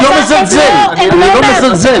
--- אני לא מזלזל.